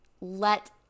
let